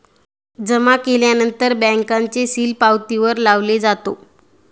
जमा केल्यानंतर बँकेचे सील पावतीवर लावले जातो